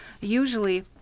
usually